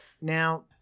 Now